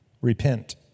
repent